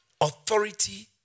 Authority